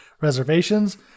reservations